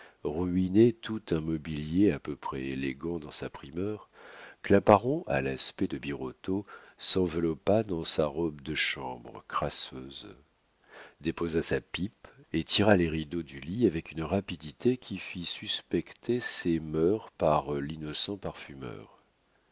ruiné tout un mobilier à peu près élégant dans sa primeur claparon à l'aspect de birotteau s'enveloppa dans sa robe de chambre crasseuse déposa sa pipe et tira les rideaux du lit avec une rapidité qui fit suspecter ses mœurs par l'innocent parfumeur